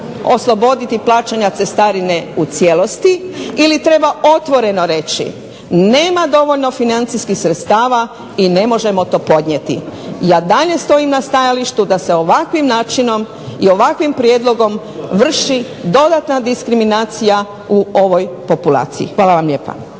osloboditi plaćanja cestarine u cijelosti, ili treba otvoreno reći nema dovoljno financijskih sredstava i ne možemo to podnijeti. Ja dalje stojim na stajalištu da se ovakvim načinom i ovakvim prijedlogom vrši dodatna diskriminacija u ovoj populaciji. Hvala vam lijepa.